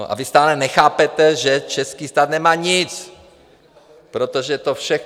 A vy stále nechápete, že český stát nemá nic, protože to všechno...